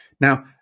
Now